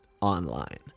online